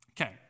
Okay